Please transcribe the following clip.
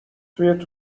توی